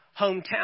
hometown